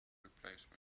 replacement